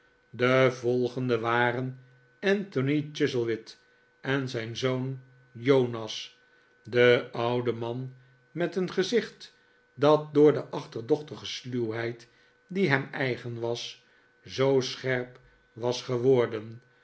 de volgenden waren anthony chuzzlewit en zijn zoon jonas de oude man met een gezicht dat door de achterdochtige sluwheid die hem eigen was zoo scherp was geworden